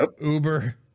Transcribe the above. Uber